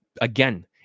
again